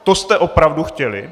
To jste opravdu chtěli?